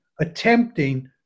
attempting